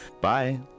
Bye